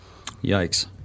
Yikes